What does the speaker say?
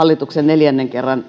hallituksen neljännen kerran